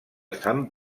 sant